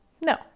No